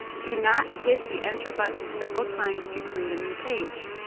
do not hit the enter button several times to create a new page.